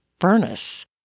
furnace